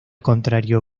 contrario